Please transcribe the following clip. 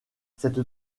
cette